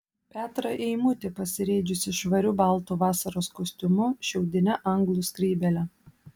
petrą eimutį pasirėdžiusį švariu baltu vasaros kostiumu šiaudine anglų skrybėle